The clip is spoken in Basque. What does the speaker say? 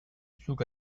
zeuk